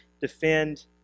defend